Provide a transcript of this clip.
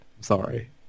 Sorry